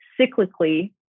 cyclically